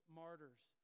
martyrs